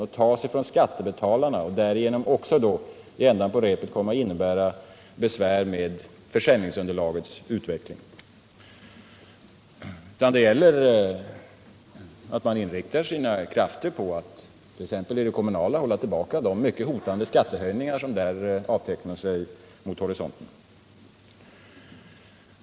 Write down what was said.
Och de tas från skattebetalarna, varför det i änden på repet kommer att bli besvär med försäljningsunderlagets utveckling. Det gäller t.ex. att inrikta sina krafter på att på det kommunala området hålla tillbaka de mycket hotande skattehöjningar som avtecknar sig vid horisonten.